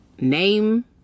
Name